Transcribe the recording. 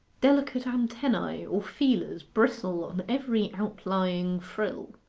delicate antennae, or feelers, bristle on every outlying frill.